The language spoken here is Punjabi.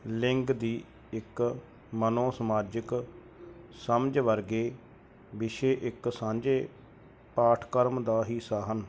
ਲਿੰਗ ਦੀ ਇੱਕ ਮਨੋ ਸਮਾਜਿਕ ਸਮਝ ਵਰਗੇ ਵਿਸ਼ੇ ਇੱਕ ਸਾਂਝੇ ਪਾਠਕਰਮ ਦਾ ਹਿੱਸਾ ਹਨ